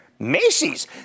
Macy's